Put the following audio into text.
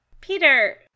Peter